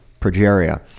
Progeria